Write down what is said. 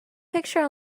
picture